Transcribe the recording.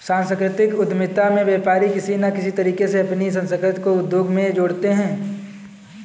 सांस्कृतिक उद्यमिता में व्यापारी किसी न किसी तरीके से अपनी संस्कृति को उद्योग से जोड़ते हैं